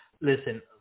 Listen